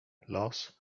los